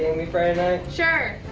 me friday night? sure.